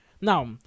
Now